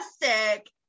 fantastic